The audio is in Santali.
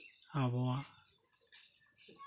ᱟᱵᱚᱣᱟᱜ